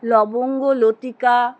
লবঙ্গলতিকা